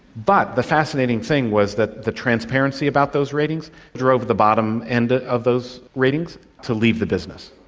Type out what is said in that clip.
but the fascinating thing was that the transparency about those ratings drove the bottom end of those ratings to leave the business.